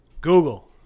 Google